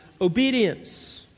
Obedience